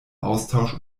austausch